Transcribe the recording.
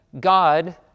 God